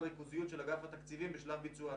ריכוזיות של אגף התקציבים בשלב ביצוע התקציב.